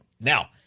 Now